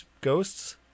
ghosts